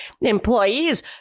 employees